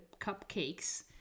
cupcakes